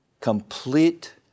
complete